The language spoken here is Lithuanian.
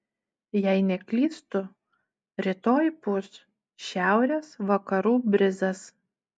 jei neklystu rytoj pūs šiaurės vakarų brizas